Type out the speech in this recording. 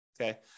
Okay